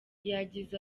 yagize